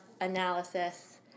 analysis